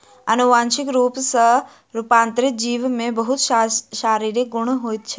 अनुवांशिक रूप सॅ रूपांतरित जीव में बहुत शारीरिक गुण होइत छै